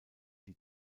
die